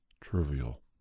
trivial